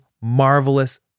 marvelous